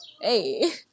Hey